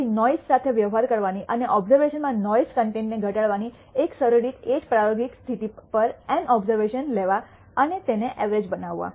તેથી નૉઇજ઼ સાથે વ્યવહાર કરવાની અને ઓબઝર્વેશન્સ માં નૉઇજ઼ કન્ટેન્ટ ને ઘટાડવાની એક સરળ રીત એ જ પ્રાયોગિક સ્થિતિ પર n ઓબઝર્વેશન્સ લેવા અને તેને ઐવ્રજ બનાવવા